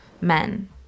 men